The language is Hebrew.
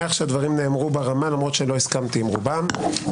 אני שמח שהדברים נאמרו ברמה למרות שלא הסכמתי עם רובם.